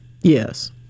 Yes